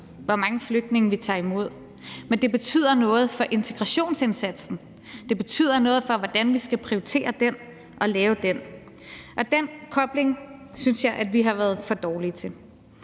hvor mange flygtninge vi tager imod. Men det betyder noget for integrationsindsatsen, det betyder noget for, hvordan vi skal prioritere den og lave den, og den kobling synes jeg vi har været for dårlige til